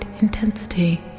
intensity